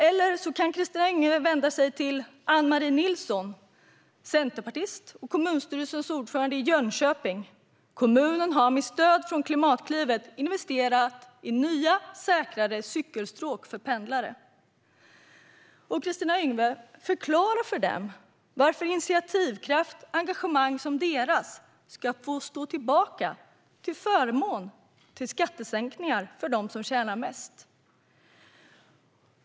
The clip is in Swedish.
Hon kan också vända sig till AnnMarie Nilsson, centerpartist och kommunstyrelsens ordförande i Jönköping. Kommunen har där med stöd från Klimatklivet investerat i nya säkrare cykelstråk för pendlare. Förklara för dem, Kristina Yngwe, varför initiativkraft och engagemang som deras ska få stå tillbaka till förmån för skattesänkningar för dem som tjänar mest!